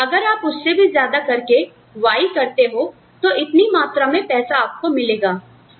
और अगर आप उससे भी ज्यादा करके Y करते हो तो इतनी मात्रा में पैसा आपको मिलेगा